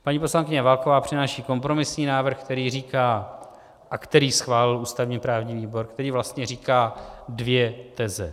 Paní poslankyně Válková přináší kompromisní návrh, který říká a který schválil ústavněprávní výbor který vlastně říká dvě teze.